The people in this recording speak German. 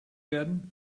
werden